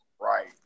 right